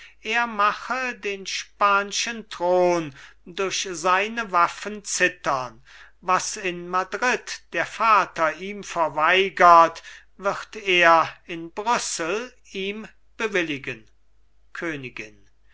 er mache den span'schen thron durch seine waffen zittern was in madrid der vater ihm verweigert wird er in brüssel ihm bewilligen königin